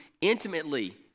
intimately